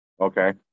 Okay